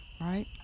Right